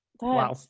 Wow